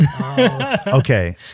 Okay